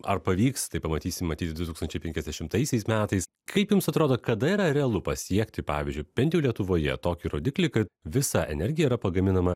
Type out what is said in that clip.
ar pavyks tai pamatysim matyt du tūkstančiai penkiasdešimtaisiais metais kaip jums atrodo kada yra realu pasiekti pavyzdžiui bent jau lietuvoje tokį rodiklį kad visa energija yra pagaminama